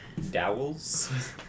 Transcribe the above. dowels